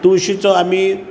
तुळशीचो आमी